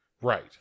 right